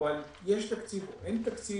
או על יש תקציב או אין תקציב.